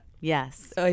Yes